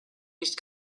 nicht